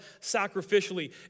sacrificially